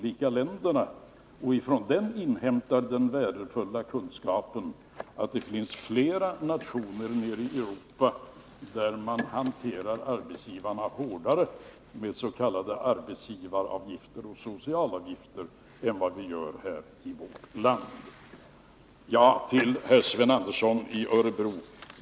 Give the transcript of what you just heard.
Vidare utgår jag från att herr Hovhammar i den broschyren inhämtar den värdefulla kunskapen att det finns flera nationer nere i Europa där arbetsgivarna hanteras hårdare än arbetsgivarna i vårt land när det gäller s.k. arbetsgivaravgifter och socialavgifter.